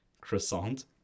croissant